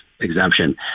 exemption